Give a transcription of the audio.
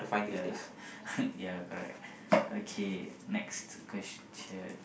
ya ya correct okay next question